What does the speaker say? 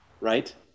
right